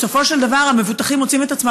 בסופו של דבר המבוטחים מוצאים את עצמם